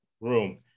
room